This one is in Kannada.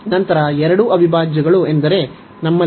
ನಂತರ ಎರಡೂ ಅವಿಭಾಜ್ಯಗಳು ಎಂದರೆ ನಮ್ಮಲ್ಲಿ ಈ ಇದೆ